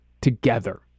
together